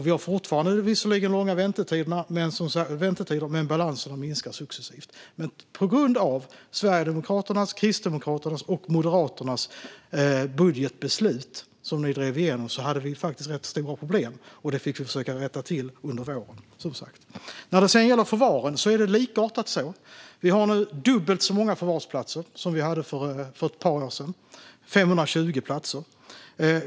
Vi har visserligen fortfarande långa väntetider, men balanserna minskar successivt. På grund av Sverigedemokraternas, Kristdemokraternas och Moderaternas budgetbeslut som ni drev igenom hade vi faktiskt rätt stora problem, och det fick vi som sagt försöka rätta till under våren. När det sedan gäller förvaren är det likartat så. Vi har dubbelt så många förvarsplatser som vi hade för ett par år sedan. Vi har 520 platser.